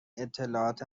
اطلاعات